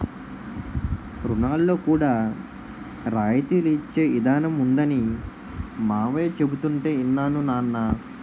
రుణాల్లో కూడా రాయితీలు ఇచ్చే ఇదానం ఉందనీ మావయ్య చెబుతుంటే యిన్నాను నాన్నా